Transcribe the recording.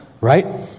right